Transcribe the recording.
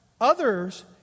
others